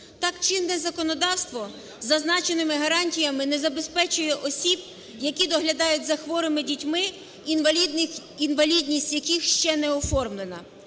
Так чинне законодавство із зазначеними гарантіями не забезпечує осіб, які доглядають за хворими дітьми, інвалідність яких ще не оформлена.